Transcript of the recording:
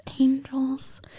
angels